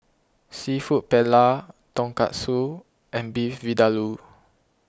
Seafood Paella Tonkatsu and Beef Vindaloo